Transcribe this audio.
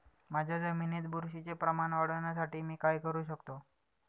माझ्या जमिनीत बुरशीचे प्रमाण वाढवण्यासाठी मी काय करू शकतो?